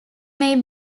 may